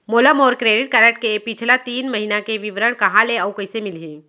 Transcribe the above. मोला मोर credit card के पिछला तीन महीना के विवरण कहाँ ले अऊ कइसे मिलही?